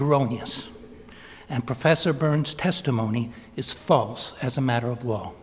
erroneous and professor burns testimony is false as a matter of